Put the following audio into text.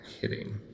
hitting